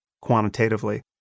quantitatively